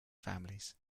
families